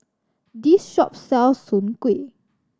this shop sells soon kway